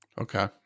Okay